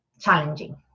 challenging